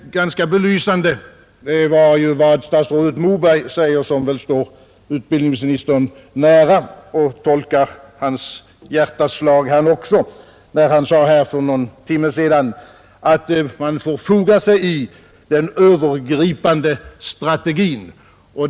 Ganska belysande var vad statsrådet Moberg — som väl står utbildningsministern nära och tolkar även hans hjärtas slag — sade för någon timme sedan, att man får foga sig i den övergripande strategin.